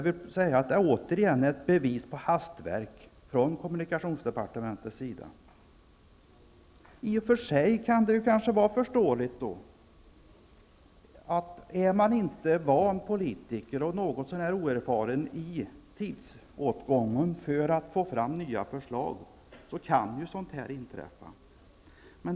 Det är återigen ett bevis på hastverk från kommunikationsdepartementet. Det kan i och för sig vara förståeligt att detta kan inträffa om man inte är van politiker och om man är oerfaren när det gäller tidsåtgången för att få fram nya förslag.